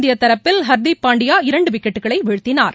இந்திய தரப்பில் ஹர்தீப் பாண்டியா இரண்டு விக்கெட்டுகளை வீழ்த்தினார்